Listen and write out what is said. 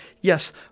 yes